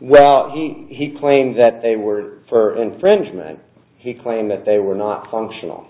well he claimed that they were for infringement he claimed that they were not functional